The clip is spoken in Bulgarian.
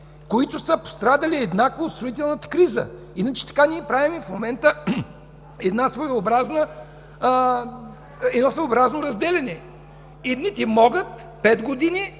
които са пострадали еднакво от строителната криза. Иначе в момента правим своеобразно разделяне – едните могат пет години